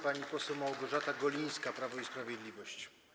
Pani poseł Małgorzata Golińska, Prawo i Sprawiedliwość.